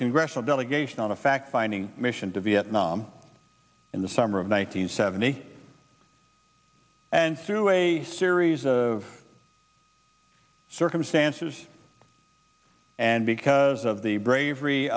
congressional delegation on a fact finding mission to vietnam in the summer of one nine hundred seventy and through a series of circumstances and because of the bravery